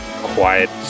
quiet